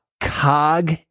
cog